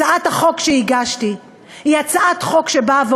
הצעת החוק שהגשתי אומרת: